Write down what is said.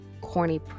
Corny